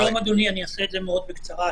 שלום אדוני, אני אדבר מאוד בקצרה.